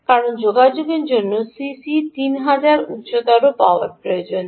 কারণ যোগাযোগের জন্য সিসি 3000 উচ্চতর পাওয়ার প্রয়োজন হয়